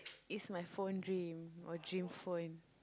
is my phone dream or dream phone